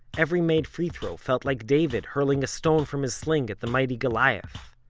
every made free throw felt like david hurling a stone from his sling at the mighty goliath,